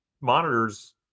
monitors